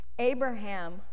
Abraham